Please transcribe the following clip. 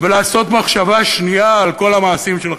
ולעשות מחשבה שנייה על כל המעשים שלכם.